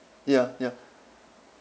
ya ya